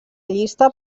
llista